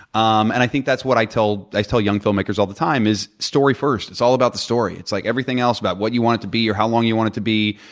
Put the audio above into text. um and i think that's what i tell i tell young film makers all of the time is story first. it's all about the story. it's like everything else about what you want it to be or how long you want it to be,